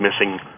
missing